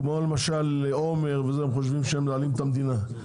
כמו למשל עומר שחושבים שהם מנהלים את המדינה,